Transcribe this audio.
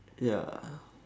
ya